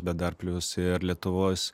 bet dar plius ir lietuvos